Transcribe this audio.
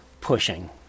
pushing